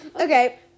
Okay